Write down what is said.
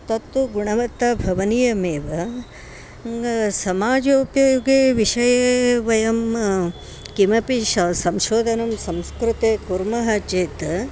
तत्तु गुणवत्ता भवनीया एव समाजोपयोगी विषये वयं किमपि शा संशोधनं संस्कृते कुर्मः चेत्